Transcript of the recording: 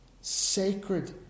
sacred